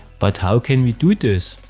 but how can we do this?